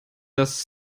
dass